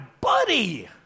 buddy